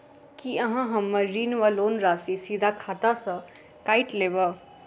की अहाँ हम्मर ऋण वा लोन राशि सीधा खाता सँ काटि लेबऽ?